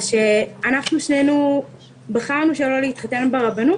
שנינו בחרנו שלא להתחתן ברבנות,